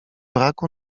braku